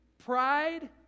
Pride